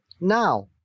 now